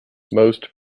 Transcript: most